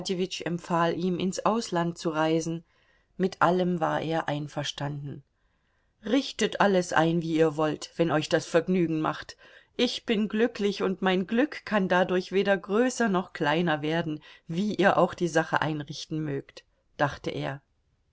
empfahl ihm ins ausland zu reisen mit allem war er einverstanden richtet alles ein wie ihr wollt wenn euch das vergnügen macht ich bin glücklich und mein glück kann dadurch weder größer noch kleiner werden wie ihr auch die sache einrichten mögt dachte er